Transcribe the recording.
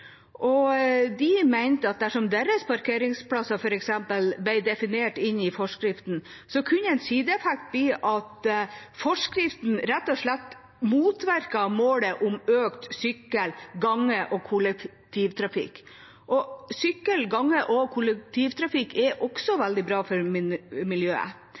NOR. De mente at dersom deres parkeringsplasser ble definert inn i forskriften, kunne en sideeffekt bli at forskriften rett og slett motvirket målet om økt sykkel, gange og kollektivtrafikk. Sykkel, gange og kollektivtrafikk er også veldig bra for miljøet.